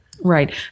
Right